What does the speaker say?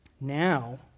Now